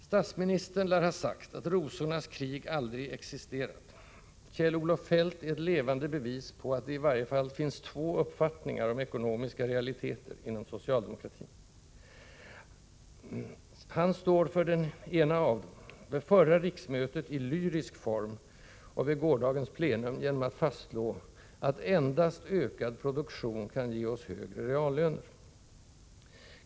Statsministern lär ha sagt att ”rosornas krig” aldrig har existerat. Kjell-Olof Feldt är ett levande bevis på att det i varje fall finns två uppfattningar om ekonomiska realiteter inom socialdemokratin. Kjell-Olof Feldt står för den ena — vid förra riksmötet i lyrisk form och vid gårdagens plenum genom att fastslå att ”endast ökad produktion kan ge oss högre reallöner”.